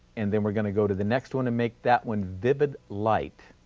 and then we're going to go to the next one and make that one vivid light.